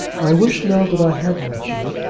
i wish now that i had mentioned it.